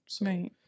Right